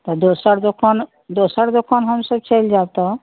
तऽ दोसर दोकान दोसर दोकान हमसब चलि जायब तऽ